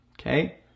okay